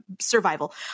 survival